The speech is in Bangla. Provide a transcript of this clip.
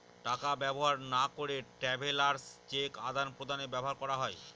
টাকা ব্যবহার না করে ট্রাভেলার্স চেক আদান প্রদানে ব্যবহার করা হয়